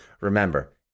Remember